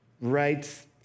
rights